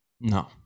No